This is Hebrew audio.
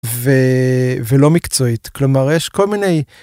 ולא מקצועית כלומר יש כל מיני.